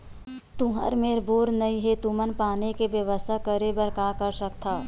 तुहर मेर बोर नइ हे तुमन पानी के बेवस्था करेबर का कर सकथव?